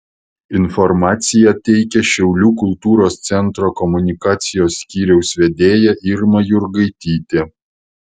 informaciją teikia šiaulių kultūros centro komunikacijos skyriaus vedėja irma jurgaitytė